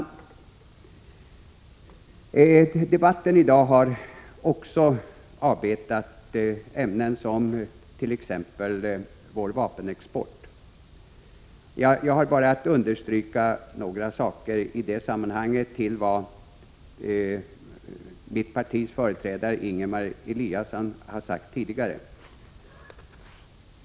Utrikesdebatten i dag har också behandlat ämnen som vår vapenexport. Jag vill bara understryka några saker i det sammanhanget utöver vad mitt partis företrädare Ingemar Eliasson tidigare sagt.